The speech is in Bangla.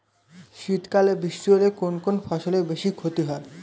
শীত কালে বৃষ্টি হলে কোন কোন ফসলের বেশি ক্ষতি হয়?